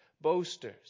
boasters